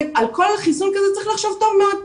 ועל כל חיסון כזה צריך לחשוב טוב מאוד.